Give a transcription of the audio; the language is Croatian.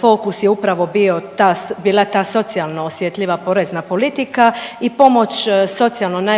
fokus je upravo bio ta, bila ta socijalno osjetljiva porezna politika i pomoć socijalno najugroženijima,